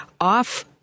off